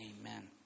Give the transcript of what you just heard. Amen